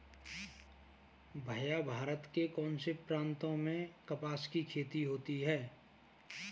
भैया भारत के कौन से प्रांतों में कपास की खेती होती है?